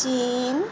चिन